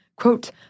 Quote